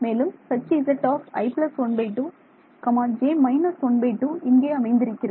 மேலும் Hzi 12 j − 12 இங்கே அமைந்திருக்கிறது